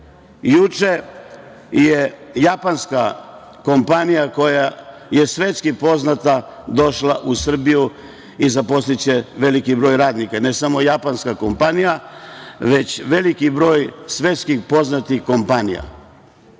Juče je japanska kompanija koja je svetski poznata došla u Srbiju i zaposliće veliki broj radnika, ne samo japanska kompanija, već veliki broj svetskih poznatih kompanija.U